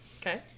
okay